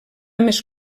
més